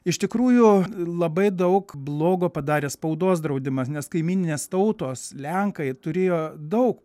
iš tikrųjų labai daug blogo padarė spaudos draudimas nes kaimyninės tautos lenkai turėjo daug